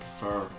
prefer